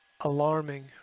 alarming